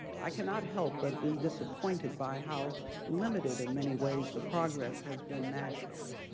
i cannot help but be disappointed by how limited in many ways the progress has been nationally.